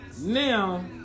Now